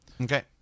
Okay